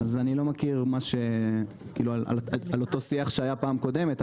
אני לא מכיר על השיח שהיה פעם קודמת.